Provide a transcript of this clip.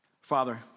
Father